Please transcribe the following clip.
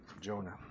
Jonah